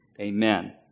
Amen